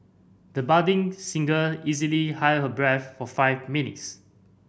the budding singer easily held her breath for five minutes